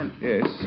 Yes